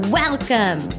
welcome